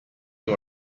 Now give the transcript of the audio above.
you